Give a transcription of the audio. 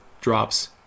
drops